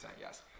Yes